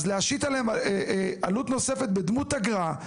אז להשית עליהם עלות נוספת, בדמות אגרה,